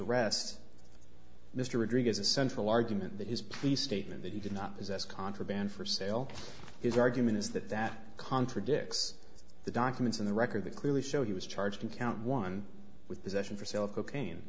to rest mr rodriguez the central argument that his police statement that he did not possess contraband for sale his argument is that that contradicts the documents in the record that clearly show he was charged in count one with possession for sale of cocaine